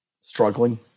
struggling